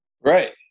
Right